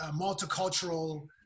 multicultural